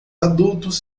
adultos